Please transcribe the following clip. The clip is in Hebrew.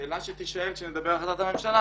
השאלה שתישאל עת נדבר על החלטת הממשלה